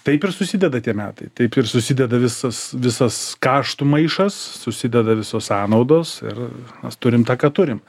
taip ir susideda tie metai taip ir susideda visas visas kaštų maišas susideda visos sąnaudos ir mes turim tą ką turim